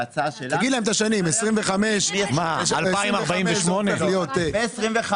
ההצעה שלנו --- תגיד להם את השנים; שב-2025 זה הופך להיות --- 2048?